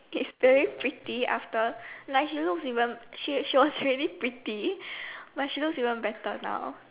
she's really pretty after now she looks even she she was really pretty but she looks even better now